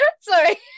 sorry